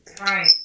Right